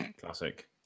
Classic